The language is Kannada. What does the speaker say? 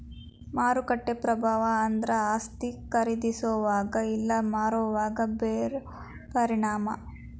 ಮಾರುಕಟ್ಟೆ ಪ್ರಭಾವ ಅಂದ್ರ ಆಸ್ತಿ ಖರೇದಿಸೋವಾಗ ಇಲ್ಲಾ ಮಾರೋವಾಗ ಬೇರೋ ಪರಿಣಾಮ